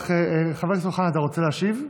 חבר הכנסת אוחנה, אתה רוצה להשיב?